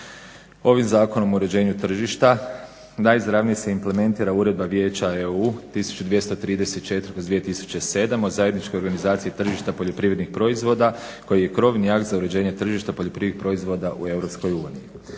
ovim zakonom o uređenju tržišta najizravnije se implementira uredba Vijeća EU 1234/2007. o zajedničkoj organizaciji tržišta poljoprivrednih proizvoda koji je krovni akt za uređenje tržišta poljoprivrednih proizvoda u EU.